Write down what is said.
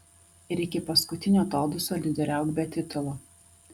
ir iki paskutinio atodūsio lyderiauk be titulo